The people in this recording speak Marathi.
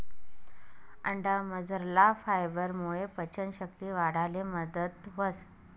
अंडामझरला फायबरमुये पचन शक्ती वाढाले मदत व्हस